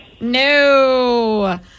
No